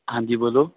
ਹਾਂਜੀ ਬੋਲੋ